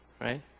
Right